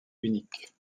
uniques